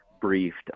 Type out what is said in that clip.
briefed